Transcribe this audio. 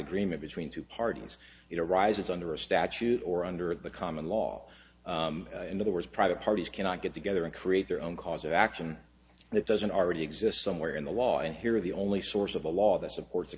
agreement between two parties it arises under a statute or under the common law in other words private parties cannot get together and create their own cause of action that doesn't already exist somewhere in the law and here the only source of a law that supports